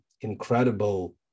incredible